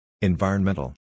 Environmental